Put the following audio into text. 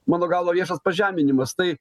mano galva viešas pažeminimas tai